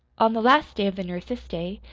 on the last day of the nurse's stay,